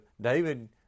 David